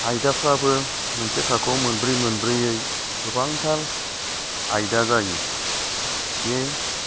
आयदाफ्राबो मोनसे थाखोआव मोनब्रै मोनब्रैयै गोबांथार आयदा जायो बे